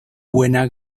buena